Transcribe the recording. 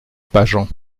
pageant